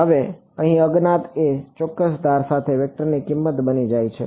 હવે અહીં અજ્ઞાત એ ચોક્કસ ધાર સાથે વેક્ટરની કિંમત બની જાય છે